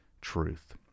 truth